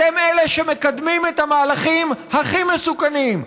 אתם אלה שמקדמים את המהלכים הכי מסוכנים,